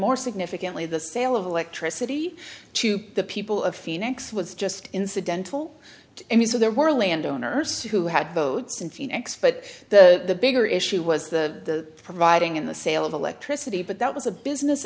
more significantly the sale of electricity to put the people of phoenix was just incidental to me so there were landowners who had boats in phoenix but the bigger issue was the providing in the sale of electricity but that was a business